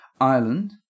Ireland